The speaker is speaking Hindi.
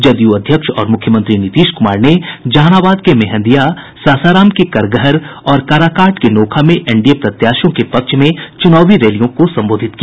जदयू अध्यक्ष और मुख्यमंत्री नीतीश कुमार ने जहानाबाद के मेहंदिया सासाराम के करगहर और काराकाट के नोखा में एनडीए प्रत्याशियों के पक्ष में चुनावी रैलियों को संबोधित किया